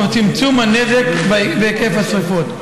תוך צמצום הנזק והיקף השרפות.